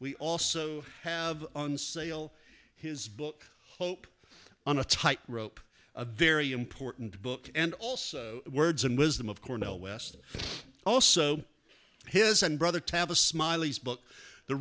we also have on sale his book hope on a tight rope a very important book and also words and wisdom of cornell west also his and brother tab a smiley's book the